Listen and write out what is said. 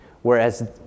Whereas